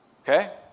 Okay